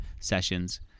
sessions